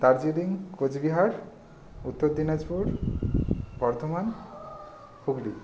Darjeeling Coochbehar Uttar Dinajpur Bardhaman Hooghly